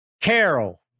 Carol